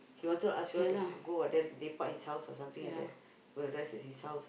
he wanted to ask y'all to f~ go and then lepak his house or something like that go rest at his house